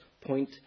point